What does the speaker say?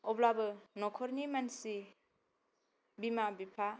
अब्लाबो नखरनि मानसि बिमा बिफा